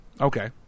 Okay